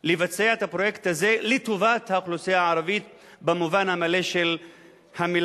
בבואה לבצע את הפרויקט הזה לטובת האוכלוסייה הערבית במובן המלא של המלה,